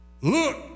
Look